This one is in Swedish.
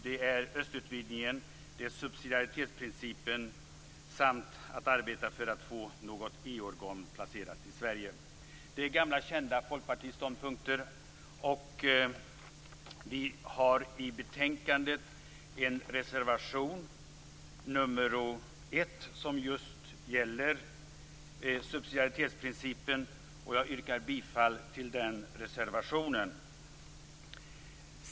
Det gäller östutvidgningen, subsidiaritetsprincipen samt att arbeta för att få något EU-organ placerat i Sverige. Det är gamla kända folkpartiståndpunkter. Vi har i betänkandet en reservation nr 1 som just gäller subsidiaritetsprincipen, och jag yrkar bifall till den reservationen.